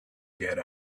get